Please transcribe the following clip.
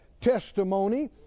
testimony